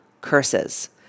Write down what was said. curses